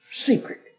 secret